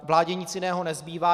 Vládě nic jiného nezbývá.